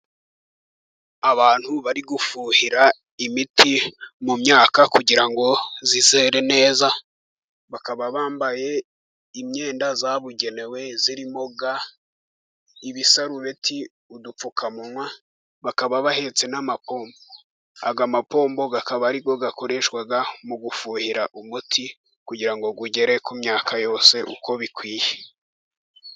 Abantu bari gufuhira imiti mu myaka kugira ngo izere neza, bakaba bambaye imyenda yabugenewe irimo ga, ibisarureti, udupfukamunwa, bakaba bahetse n'amapombo. aya mapombo akaba ari yo akoreshwa mu gufuhira umuti, kugira ngo ugere ku myaka yose uko bikwiye.